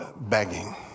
begging